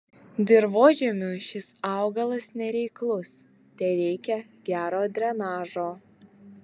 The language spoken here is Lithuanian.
dirvožemiui šis augalas nereiklus tereikia gero drenažo